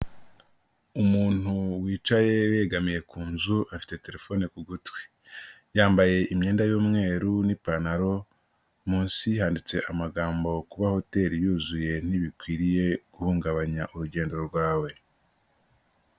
Umuntu wicaye yegamiye ku nzu, afite telefone ku gutwi, yambaye imyenda y'umweru n'ipantaro, munsi handitse amagambo kuba hoteli yuzuye ntibikwiriye guhungabanya urugendo rwawe.